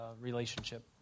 relationship